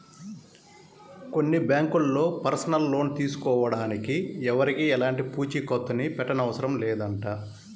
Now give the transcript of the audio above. కొన్ని బ్యాంకుల్లో personal loan తీసుకోడానికి ఎవరికీ ఎలాంటి పూచీకత్తుని పెట్టనవసరం లేదంట